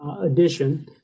addition